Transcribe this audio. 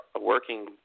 working